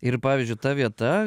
ir pavyzdžiui ta vieta